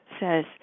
says